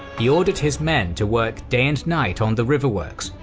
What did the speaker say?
he ordered his men to work day and night on the river works,